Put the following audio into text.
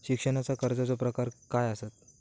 शिक्षणाच्या कर्जाचो प्रकार काय आसत?